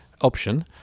option